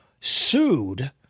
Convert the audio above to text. sued